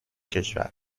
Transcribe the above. کشور